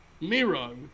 Miro